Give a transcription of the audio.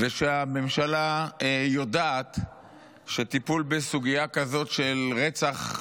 ושהממשלה יודעת שהטיפול בסוגיה כזאת של רצח מאורגן,